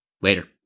Later